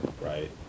right